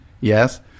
Yes